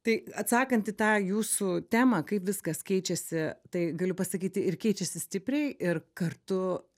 tai atsakant į tą jūsų temą kaip viskas keičiasi tai galiu pasakyti ir keičiasi stipriai ir kartu